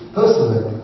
personally